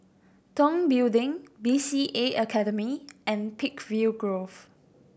Tong Building B C A Academy and Peakville Grove